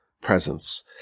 presence